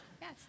Yes